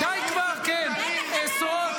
די כבר עם המלחמה --- תגיד לי, אין לכם